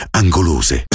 angolose